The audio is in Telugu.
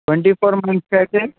ట్వంటీ ఫోర్ మంత్స్కి అయితే